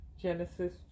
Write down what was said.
Genesis